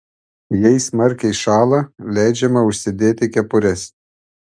jei smarkiai šąla leidžiama užsidėti kepures